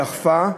דחפה,